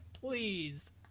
please